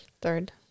Third